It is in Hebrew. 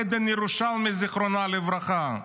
עדן ירושלמי, זיכרונה לברכה,